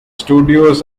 studios